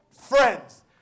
friends